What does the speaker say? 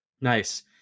Nice